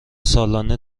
سالانه